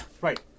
Right